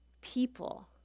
people